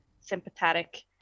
sympathetic